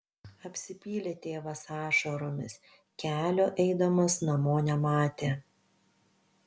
apsipylė tėvas ašaromis kelio eidamas namo nematė